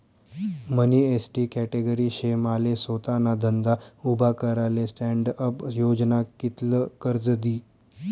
मनी ST category शे माले सोताना धंदा उभा कराले स्टॅण्डअप योजना कित्ल कर्ज दी?